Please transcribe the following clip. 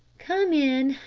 come in,